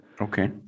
Okay